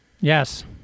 Yes